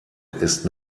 ist